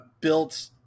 built